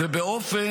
-- ובאופן